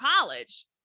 college